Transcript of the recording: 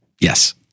Yes